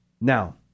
Now